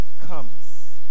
comes